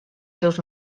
seus